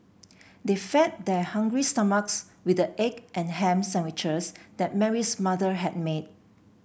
they fed their hungry stomachs with the egg and ham sandwiches that Mary's mother had made